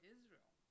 Israel